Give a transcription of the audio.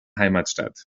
heimatstadt